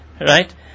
Right